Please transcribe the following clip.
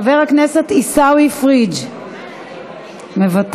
חבר הכנסת עיסאווי פריג' מוותר.